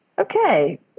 okay